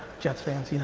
jets fans, you know.